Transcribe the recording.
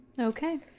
Okay